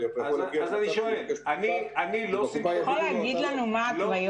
אתה יכול להגיד לנו מה ההתוויות?